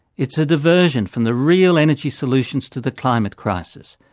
it's a diversion from the real energy solutions to the climate crisis,